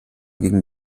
gingen